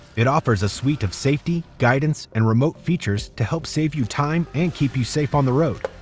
it offers a suite of safety, guidance and remote features to help save you time and keep you safe on the road.